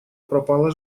пропала